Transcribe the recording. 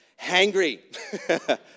hangry